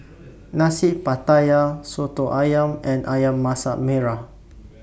Nasi Pattaya Soto Ayam and Ayam Masak Merah